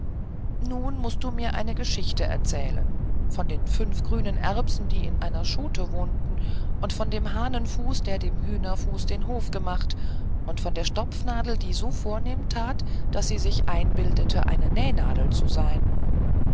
nun mußt du mir geschichten erzählen von den fünf grünen erbsen die in einer schote wohnten und von dem hahnenfuß der dem hühnerfuße den hof machte und von der stopfnadel die so vornehm that daß sie sich einbildete eine nähnadel zu sein